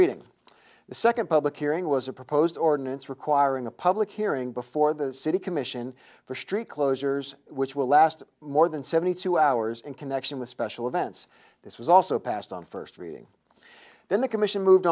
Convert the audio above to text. reading the second public hearing was a proposed ordinance requiring a public hearing before the city commission for street closures which will last more than seventy two hours in connection with special events this was also passed on first reading then the commission moved